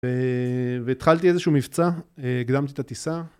והתחלתי איזשהו מבצע, הקדמתי את הטיסה.